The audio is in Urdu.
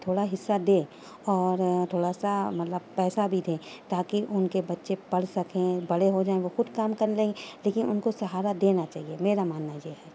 تھوڑا حصہ دیں اور تھوڑا سا مطلب پیسہ بھی دیں تاکہ ان کے بچے پڑھ سکیں بڑے ہو جائیں وہ خود کام کرنے لگیں گے لیکن ان کو سہارا دینا چاہیے میرا ماننا یہ ہے